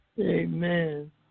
Amen